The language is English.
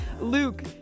Luke